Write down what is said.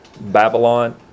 Babylon